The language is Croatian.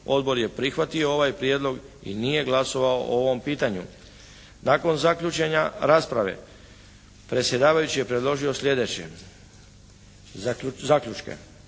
Odbor je prihvatio ovaj prijedlog i nije glasovao o ovom pitanju. Nakon zaključenja rasprave predsjedavajući je predložio slijedeće zaključke: